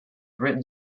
written